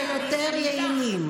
להיות יותר אכפתיים ויותר יעילים.